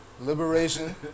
Liberation